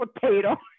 potato